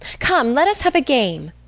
come, let us have a game!